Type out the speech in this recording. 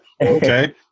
Okay